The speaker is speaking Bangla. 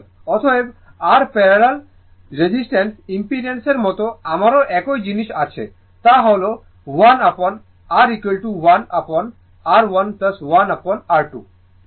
অতএব r প্যারালাল রেজিস্টেন্স ইম্পেডেন্সার মতো আমারও একই জিনিস আছে তা হল 1 upon r 1 upon r 1 1 upon r 2